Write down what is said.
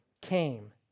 came